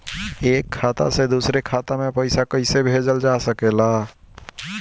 एक खाता से दूसरे खाता मे पइसा कईसे भेजल जा सकेला?